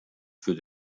für